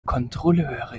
kontrolleure